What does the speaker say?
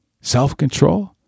self-control